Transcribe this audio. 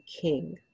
king